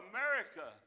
America